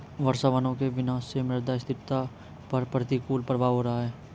वर्षावनों के विनाश से मृदा स्थिरता पर प्रतिकूल प्रभाव हो रहा है